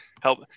Help